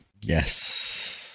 Yes